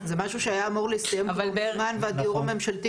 זה משהו שהיה אמור להסתיים כבר מזמן והדיור הממשלתי